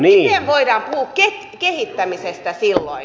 miten voidaan puhua kehittämisestä silloin